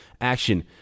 action